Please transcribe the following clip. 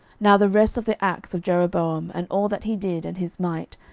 now the rest of the acts of jeroboam, and all that he did, and his might,